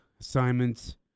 assignments